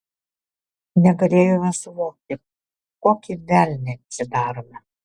negalėjome suvokti kokį velnią čia darome